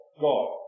God